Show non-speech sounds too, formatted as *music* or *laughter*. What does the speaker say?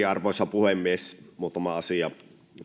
*unintelligible* arvoisa puhemies muutama asia